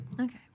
Okay